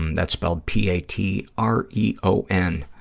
um that's spelled p a t r e o n.